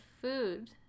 food